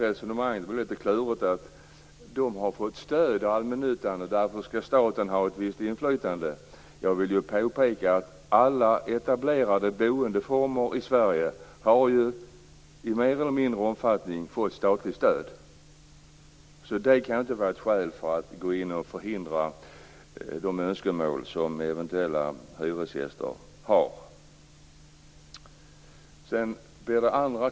Resonemanget om att allmännyttan har fått stöd av staten och att staten därför skall ha ett visst inflytande verkar lite klurigt. Jag vill påpeka att alla etablerade boendeformer i Sverige i större eller mindre omfattning har fått statligt stöd, så detta kan inte vara ett skäl för att inte bevilja de önskemål som hyresgästerna eventuellt kan ha.